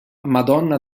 madonna